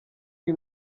iyi